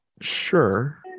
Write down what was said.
Sure